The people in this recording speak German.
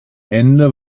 ende